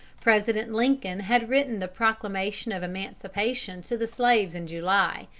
president lincoln had written the proclamation of emancipation to the slaves in july,